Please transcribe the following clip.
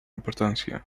importància